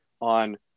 on